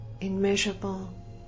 immeasurable